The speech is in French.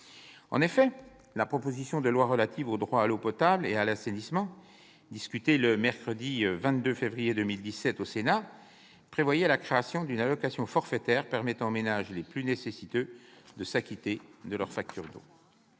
Je pense à la proposition de loi relative au droit à l'eau potable et à l'assainissement, discutée le mercredi 22 février 2017 au Sénat, qui prévoyait la création d'une allocation forfaitaire permettant aux ménages les plus nécessiteux de s'acquitter de leur facture d'eau.